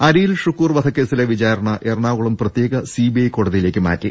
അരിയിൽ ഷുക്കൂർ വധക്കേസിലെ വിചാരണ എറണാ കുളം പ്രത്യേക സിബിഐ കോടതിയിലേക്ക് മാറ്റി